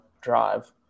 drive